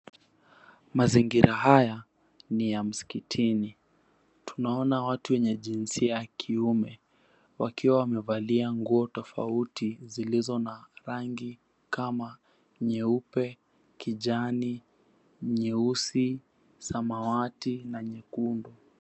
Mazingira haya ni ya msikitini. Tunaona watu wenye jinsia ya kiume wakiwa wamevalia nguo tofauti ziilizo na rangi kama nyeupe, kijani, nyeusi, samawati na nyekundu.